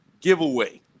giveaway